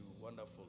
Wonderful